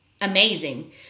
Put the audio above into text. amazing